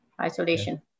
isolation